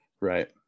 Right